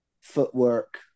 footwork